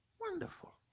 Wonderful